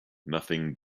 nothing